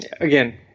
again